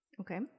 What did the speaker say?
Okay